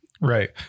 Right